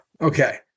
Okay